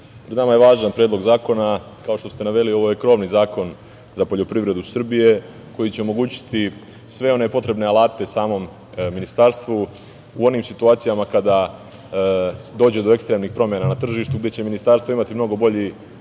pred nama je važan Predlog zakona. Kao što ste naveli ovo je krovni zakon za poljoprivredu Srbije koji će omogućiti sve one potrebne alate samom Ministarstvu u onim situacijama kada dođe do ekstremnih promena na tržištu, gde će Ministarstvo imati mnogo bolji